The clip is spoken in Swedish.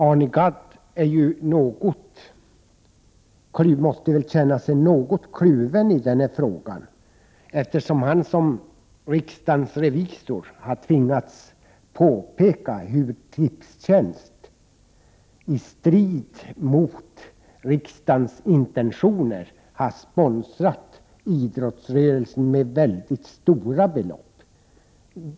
Arne Gadd måste väl känna sig något kluven i denna fråga, eftersom han, som en av riksdagens revisorer, har tvingats påpeka hur Tipstjänst i strid mot riksdagens intentioner har sponsrat idrottsrörelsen med mycket stora belopp.